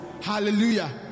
Hallelujah